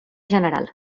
general